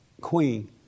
Queen